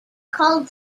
called